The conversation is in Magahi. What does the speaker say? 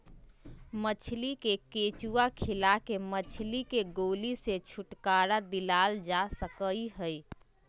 मछली के केंचुआ खिला के मछली के गोली से छुटकारा दिलाल जा सकई हई